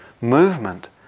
movement